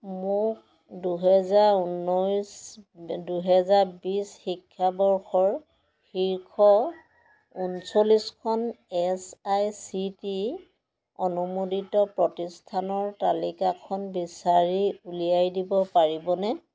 মোক দুহেজাৰ ঊনৈছ দুহেজাৰ বিছ শিক্ষাবৰ্ষৰ শীৰ্ষ ঊনচল্লিছখন A I C T E অনুমোদিত প্ৰতিষ্ঠানৰ তালিকাখন বিচাৰি উলিয়াই দিব পাৰিবনে